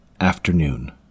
Afternoon